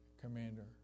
commander